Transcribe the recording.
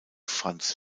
franz